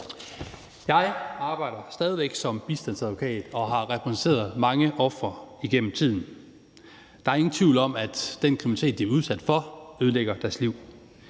Jeg arbejder stadig væk som bistandsadvokat og har repræsenteret mange ofre gennem tiden. Der er ingen tvivl om, at den kriminalitet, de er udsat for, ødelægger deres liv.